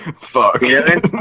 Fuck